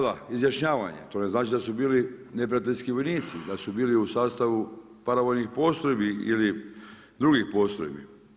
Tada izjašnjavanja, to ne znači da su bili neprijateljski vojnici, da su bili u sastavu paravojnih postrojbi ili drugih postrojbi.